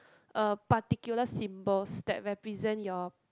a particular symbols that represent your